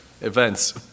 Events